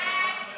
סעיפים 1